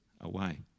away